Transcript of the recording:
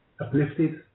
uplifted